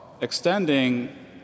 extending